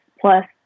plus